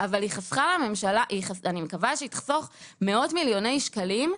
אבל היא יכולה לחסוך לממשלה מאות מיליוני שקלים.